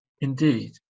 Indeed